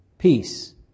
Peace